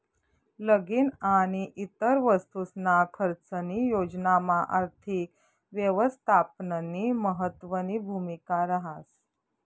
लगीन आणि इतर वस्तूसना खर्चनी योजनामा आर्थिक यवस्थापननी महत्वनी भूमिका रहास